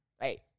hey